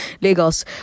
Lagos